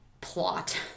plot